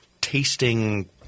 tasting